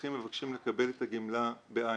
המבוטחים מבקשים לקבל את הגמלה בעין.